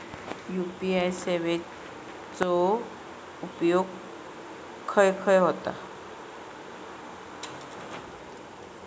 UPI सेवेचा उपयोग खाय खाय होता?